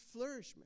flourishment